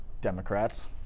Democrats